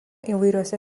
įvairiuose